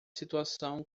situação